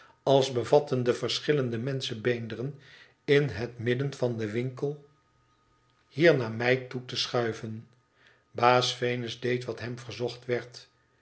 als bevattende verschillende menschenbeenderen in het midden van den winkel hier naar mij toe te schuiven baas venus deed wat hem verzocht werd